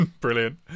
Brilliant